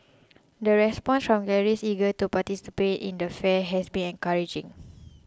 the response from galleries eager to participate in the fair has been encouraging